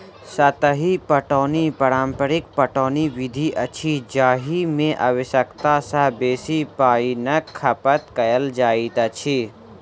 सतही पटौनी पारंपरिक पटौनी विधि अछि जाहि मे आवश्यकता सॅ बेसी पाइनक खपत कयल जाइत अछि